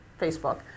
Facebook